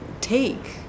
take